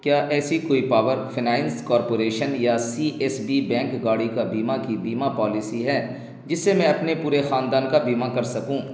کیا ایسی کوئی پاور فنائنس کارپوریشن یا سی ایس بی بینک گاڑی کا بیمہ کی بیمہ پالیسی ہے جس سے میں اپنے پورے خاندان کا بیمہ کر سکوں